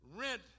rent